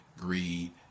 greed